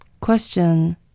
Question